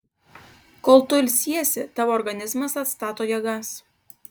kol tu ilsiesi tavo organizmas atstato jėgas